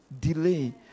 delay